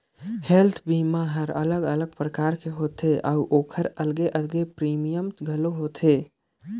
health बीमा हर अलग अलग परकार के होथे अउ ओखर अलगे अलगे प्रीमियम घलो होथे